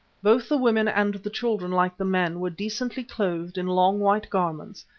both the women and the children, like the men, were decently clothed in long, white garments,